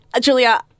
Julia